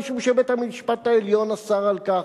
משום שבית-המשפט העליון אסר על כך,